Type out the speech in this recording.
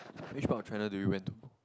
which part of China do you went to